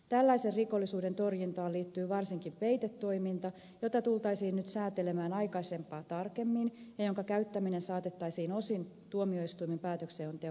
tällaisen rikollisuuden torjuntaan liittyy varsinkin peitetoiminta jota tultaisiin nyt säätelemään aikaisempaa tarkemmin ja jonka käyttäminen saatettaisiin osin tuomioistuimen päätöksenteon piiriin